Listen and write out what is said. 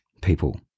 people